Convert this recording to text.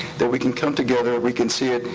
that we can come together, we can see it.